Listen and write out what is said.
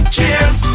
Cheers